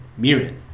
mirin